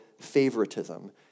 favoritism